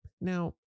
Now